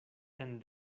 and